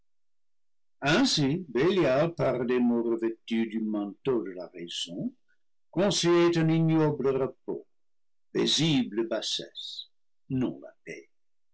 par des mots revêtus du manteau de la raison conseillait un ignoble repos paisible bassesse non la paix